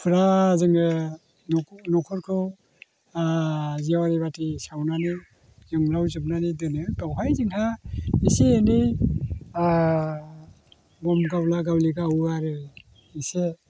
फुरा जोङो न'खौ न'खरखौ जेवारि बाथि सावनानै जोंब्लावजोबनानै दोनो बेवहाय जोंहा एसे एनै बम गावला गावलि गावो आरो एसे